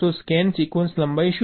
તો scan sequence લંબાઈ શું છે